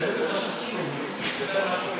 ועדת חינוך.